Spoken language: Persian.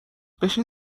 بشین